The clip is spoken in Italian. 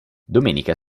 domenica